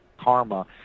karma